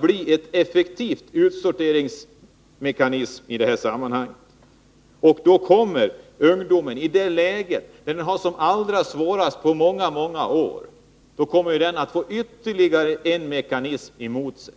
— blir en effektiv utsorteringsmekanism. I det läget kommer ungdomarna, när de har det svårare än på många år, att få ytterligare en mekanism emot sig.